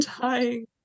Dying